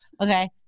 Okay